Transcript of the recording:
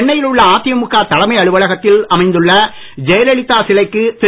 சென்னையில் உள்ள அதிமுக தலைமை அலுவலகத்தில் அமைந்துள்ள ஜெயலலிதா சிலைக்கு திரு